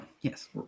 yes